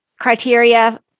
criteria